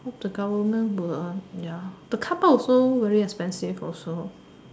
hope the government will ya the carpark also very expensive also